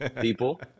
people